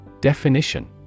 Definition